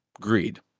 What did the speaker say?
Greed